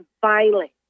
violent